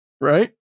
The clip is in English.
right